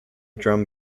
drum